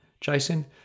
Jason